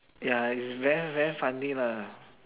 ya it's very very funny lah